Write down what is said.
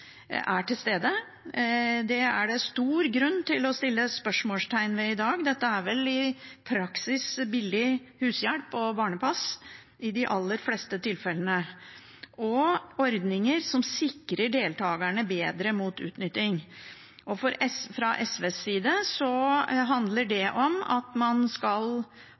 Det er det stor grunn til å sette spørsmålstegn ved i dag, dette er vel i praksis billig hushjelp og barnepass i de aller fleste tilfellene.